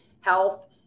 health